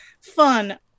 fun